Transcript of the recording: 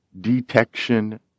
detection